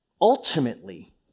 ultimately